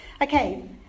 Okay